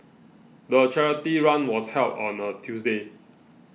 the charity run was held on a Tuesday